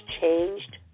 changed